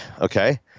Okay